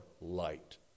light